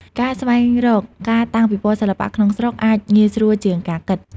ការស្វែងរកការតាំងពិពណ៌សិល្បៈក្នុងស្រុកអាចងាយស្រួលជាងការគិត។